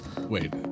wait